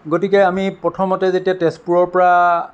গতিকে আমি প্ৰথমতে যেতিয়া তেজপুৰৰ পৰা